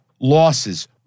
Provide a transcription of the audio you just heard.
losses